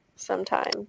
sometime